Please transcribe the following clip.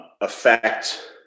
affect